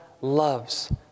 loves